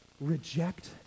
reject